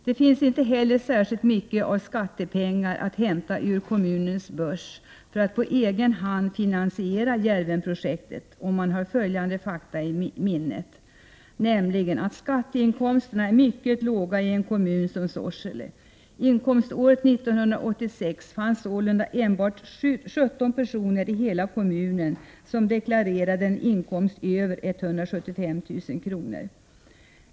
Det finns inte heller särskilt mycket av skattepengar att hämta ur kommunens börs för att på egen hand finansiera Djärvenprojektet, om man har följande fakta i minnet: Skatteinkomsterna är mycket låga i en kommun som Sorsele. Inkomståret 1986 fanns sålunda enbart 17 personer i hela kommunen som deklarerade en inkomst över 175 000 kr.